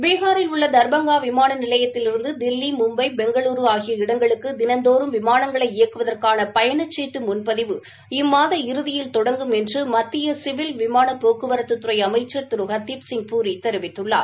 பீகாரில் உள்ள தர்பங்கா விமான நிலையத்திலிருந்து தில்லி மும்பை பெங்களூரு ஆகிய இடங்களுக்கு தினந்தோறும் விமானங்களை இயக்குவதற்கான பயணச்சீட்டு முன்பதிவு இம்மாத இறுதியில் தொடங்கும் என்று மத்திய சிவில் விமான போக்குவரத்துத் துறைஅமைச்சர் திரு ஹர்தீப் சிங் பூரி தெரிவித்துள்ளார்